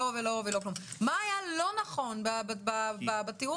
מה היה לא נכון בתיאור פה?